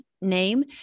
name